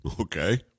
Okay